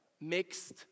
mixed